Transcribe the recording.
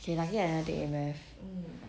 okay lah I never take A math